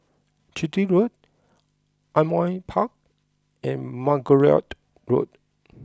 Chitty Road Ardmore Park and Margoliouth Road